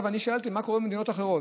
שאלתי מה קורה במדינות אחרות.